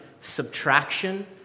subtraction